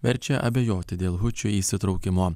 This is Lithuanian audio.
verčia abejoti dėl hučių įsitraukimo